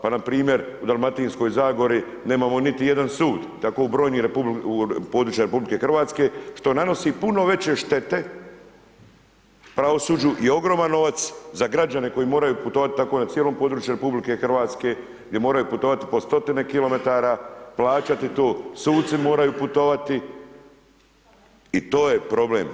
Pa npr. u Dalmatinskoj zagori nemamo niti jedan sud, tako u brojnim područjima RH što nanosi puno veće štete pravosuđu i ogroman novac za građane koji moraju putovat tako na cijelom području RH, gdje moraju putovati po 100-tine kilometara, plaćati to, suci moraju putovati i to je problem.